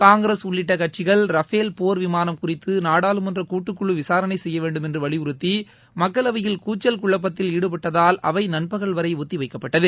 காங்கிரஸ் உள்ளிட்ட கட்சிகள் ரஃபேல் போர் விமானம் குறித்து நாடாளுமன்ற கூட்டுக் குழு விசாரணை செய்ய வேண்டும் என்று வலிபுறத்தி மக்களவையில் கூச்சல் குழப்பத்தில் ஈடுபட்டதால் அவை நண்பகல் வரை ஒத்தி வைக்கப்பட்டது